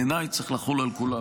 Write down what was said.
בעיניי צריך לחול על כולם,